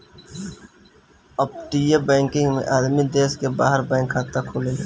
अपतटीय बैकिंग में आदमी देश के बाहर बैंक खाता खोलेले